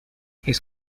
his